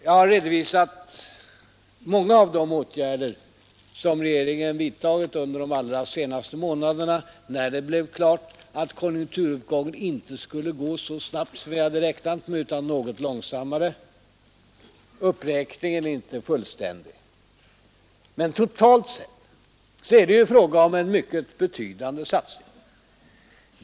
Jag har redovisat många av de åtgärder regeringen vidtagit under de allra senaste månaderna, sedan det blev klart att konjunkturuppgången inte skulle gå så snabbt som vi hade räknat med utan något långsammare. Redovisningen av åtgärderna är inte fullständig. Men totalt sett är det fråga om en mycket betydande satsning.